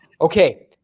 Okay